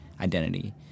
identity